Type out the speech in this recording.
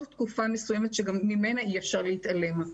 תקופה מסוימת שגם ממנה אי אפשר להתעלם.